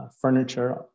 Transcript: furniture